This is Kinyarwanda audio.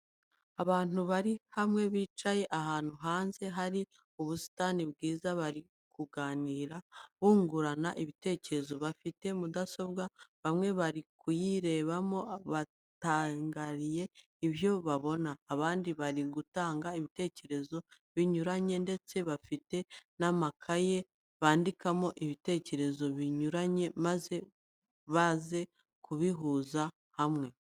Abantu bari hamwe bicaye ahantu hanze hari ubusitani bwiza bari kuganira bungurana ibitekerezo, bafiite mudasobwa, bamwe bari kuyirebamo batangariye ibyo babona, abandi bari gutanga ibitekerezo binyuranye ndetse bafite n'amakaye bandikamo ibitekerezo binyuranye maze baze kubihuriza hamwe.